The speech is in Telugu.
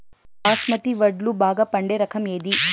బాస్మతి వడ్లు బాగా పండే రకం ఏది